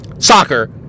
Soccer